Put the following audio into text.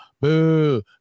Boo